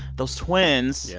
those twins. yeah